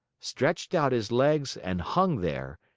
stretched out his legs, and hung there,